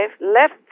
left